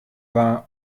war